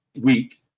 week